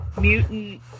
mutant